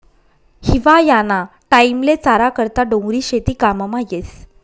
हिवायाना टाईमले चारा करता डोंगरी शेती काममा येस